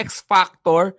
X-factor